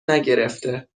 نگرفته